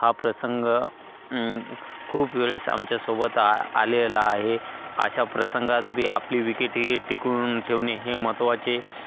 हा प्रसंग खूप वेळेस आमच्यासोबत आ आलेला आहे अशा प्रसंगात बी आपली विकेट हि टिकून ठेवणे हे महत्त्वाचे